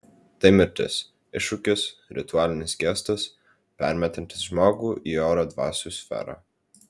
tai mirtis iššūkis ritualinis gestas permetantis žmogų į oro dvasių sferą